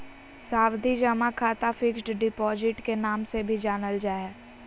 सावधि जमा खाता फिक्स्ड डिपॉजिट के नाम से भी जानल जा हय